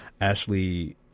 Ashley